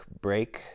break